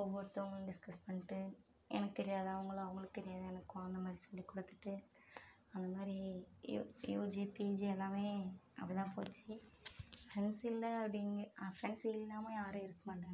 ஒவ்வொருத்தவங்களும் டிஸ்கஸ் பண்ணிட்டு எனக்கு தெரியாததை அவங்களும் அவங்களுக்கு தெரியாததை எனக்கும் அந்தமாதிரி சொல்லி கொடுத்துட்டு அந்த மாதிரி யூஜி பிஜி எல்லாம் அப்படித்தான் போச்சு ஃப்ரெண்ட்ஸ் இல்லை அப்படிங்கிற ஃப்ரெண்ட்ஸ் இல்லாமல் யாரும் இருக்க மாட்டாங்க